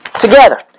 Together